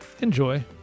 Enjoy